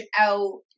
out